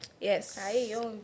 Yes